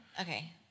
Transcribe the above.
okay